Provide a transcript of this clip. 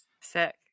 Sick